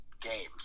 games